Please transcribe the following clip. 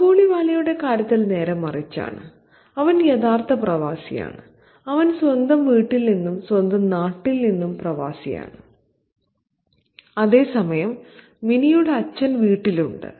കാബൂളിവാലയുടെ കാര്യത്തിൽ നേരെ മറിച്ചാണ് അവൻ യഥാർത്ഥ പ്രവാസിയാണ് അവൻ സ്വന്തം വീട്ടിൽ നിന്നും സ്വന്തം നാട്ടിൽ നിന്നും പ്രവാസിയാണ് അതേസമയം മിനിയുടെ അച്ഛൻ വീട്ടിലുണ്ട്